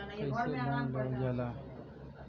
कैसे लोन लेवल जाला?